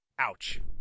Ouch